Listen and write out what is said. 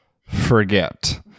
forget